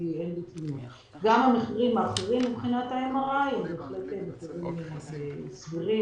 גם מחירים אחרים מבחינת MRI בהחלט מחירים סבירים.